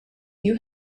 you